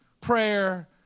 prayer